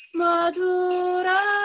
madura